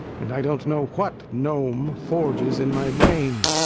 and i don't know what gnome forges in my brain!